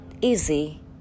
easy